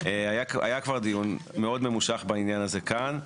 היה כבר דיון מאוד ממושך בעניין הזה כאן,